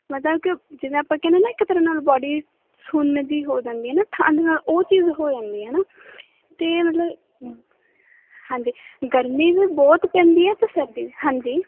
ਮਤਲਬ ਕਿ ਜਿਵੇਂ ਆਪਾਂ ਕਹਿੰਦੇ ਨਾ ਇੱਕ ਤਰ੍ਹਾਂ ਨਾਲ ਬੋਡੀ ਸੁੰਨ ਜਿਹੀ ਹੋ ਜਾਂਦੀ ਆ ਨਾ ਠੰਡ ਨਾਲ ਉਹ ਚੀਜ਼ ਹੋ ਜਾਂਦੀ ਹੈ ਨਾ ਅਤੇ ਮਤਲਬ ਹਾਂਜੀ ਗਰਮੀ ਵੀ ਬਹੁਤ ਪੈਂਦੀ ਹੈ ਅਤੇ ਸਰਦੀ ਵੀ ਹਾਂਜੀ